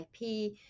IP